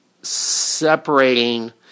separating